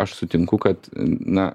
aš sutinku kad na